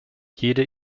jede